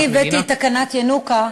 אני הבאתי את תקנת ינוקא,